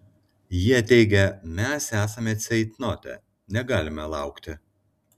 jie teigia mes esame ceitnote negalime laukti